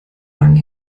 lang